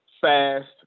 fast